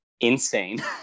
Insane